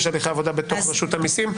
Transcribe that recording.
יש הליכי עבודה בתוך רשות המסים.